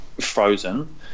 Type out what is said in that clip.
frozen